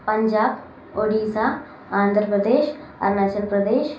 Punjab Odisha Andhra Pradesh Arunachal Pradesh